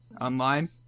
online